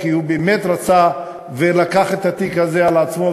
כי הוא באמת רצה ולקח את התיק הזה על עצמו,